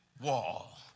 wall